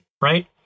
Right